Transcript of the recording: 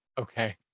Okay